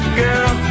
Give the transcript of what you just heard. girl